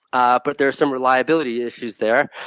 ah but there are some reliability issues there,